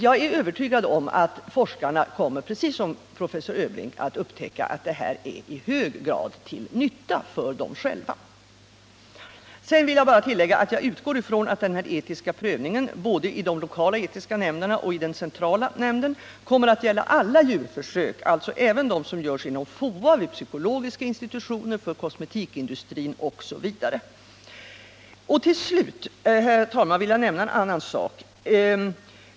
Jag är övertygad om att forskarna, precis som professor Öbrink, kommer att upptäcka att de etiska nämnderna i hög grad är till nytta för dem själva. Jag vill tillägga att jag utgår från att den etiska prövningen, både i de lokala etiska nämnderna och i den centrala nämnden, kommer att gälla alla djurförsök, även dem som görs vid FOA, vid psykologiska institutioner och inom kosmetikindustrin. Slutligen, herr talman, vill jag nämna en annan sak.